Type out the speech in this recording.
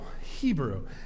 Hebrew